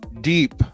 deep